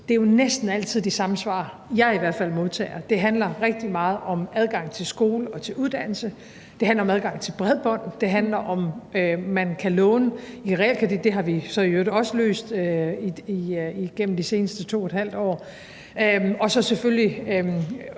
er det jo næsten altid de samme svar, som jeg hvert fald modtager. Det handler rigtig meget om adgang til skole og uddannelse. Det handler om adgang til bredbånd. Det handler om, om man kan tage realkreditlån. Det problem har vi så i øvrigt også løst i løbet af de seneste 2½ år. Og så handler det selvfølgelig